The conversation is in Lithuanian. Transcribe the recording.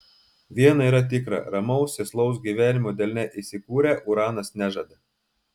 viena yra tikra ramaus sėslaus gyvenimo delne įsikūrę uranas nežada